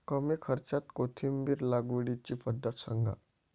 कमी खर्च्यात कोथिंबिर लागवडीची पद्धत सांगा